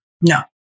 No